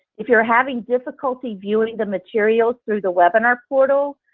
if you're having difficulty viewing the materials through the webinar portal,